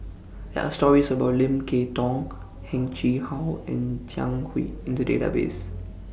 There Are stories about Lim Kay Tong Heng Chee How and Jiang Hu in The Database